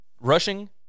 rushing